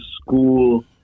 school